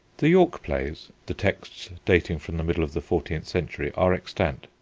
the york plays, the texts dating from the middle of the fourteenth century, are extant.